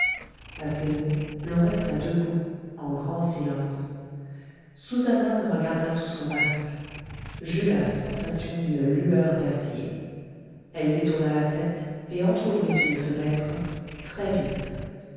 à ces mots l'on resta debout en grand silence susannah me regarda sous son masque j'eus la sensation d'une lueur d'acier elle détourna la tête et entr'ouvrit une fenêtre très vite